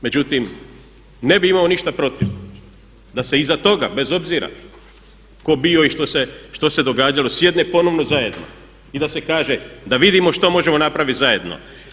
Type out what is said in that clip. Međutim, ne bih imao ništa protiv da se iza toga bez obzira tko bio i što se događalo sjedne ponovno zajedno i da se kaže, da vidimo što možemo napravit zajedno.